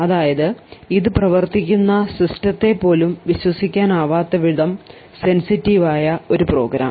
അതായത് ഇത് പ്രവർത്തിക്കുന്ന സിസ്റ്റത്തെ പോലും വിശ്വസിക്കാൻ ആവാത്ത വിധം സെൻസിറ്റീവ് ആണ്